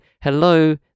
hello